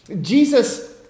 Jesus